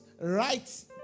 right